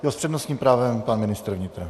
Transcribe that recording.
S přednostním právem pan ministr vnitra.